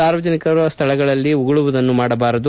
ಸಾರ್ವಜನಿಕ ಸ್ಥಳಗಳಲ್ಲಿ ಉಗುಳುವುದನ್ನು ಮಾಡಬಾರದು